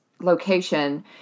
location